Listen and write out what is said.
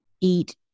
eat